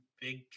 big